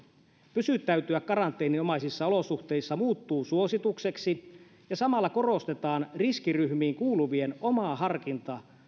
pysyttäytyä karanteeninomaisissa olosuhteissa muuttuu suositukseksi ja samalla korostetaan riskiryhmiin kuuluvien omaa harkintaa